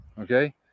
okay